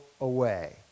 away